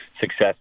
success